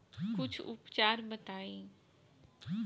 कुछ उपचार बताई?